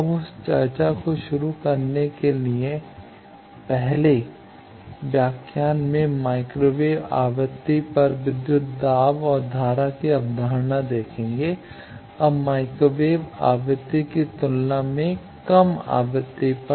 अब उस चर्चा को शुरू करने के लिए पहले व्याख्यान में माइक्रोवेव आवृत्ति पर विद्युत दाब और धारा की अवधारणा देखेंगे अब माइक्रोवेव आवृत्ति की तुलना में कम आवृत्ति पर